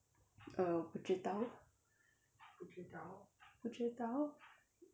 err 不知道不知道